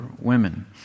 women